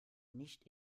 nicht